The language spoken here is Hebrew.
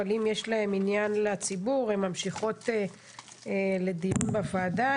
אבל אם יש להן עניין לציבור הן ממשיכות לדיון בוועדה.